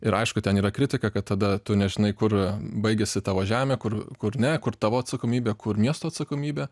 ir aišku ten yra kritika kad tada tu nežinai kur baigiasi tavo žemė kur kur ne kur tavo atsakomybė kur miesto atsakomybė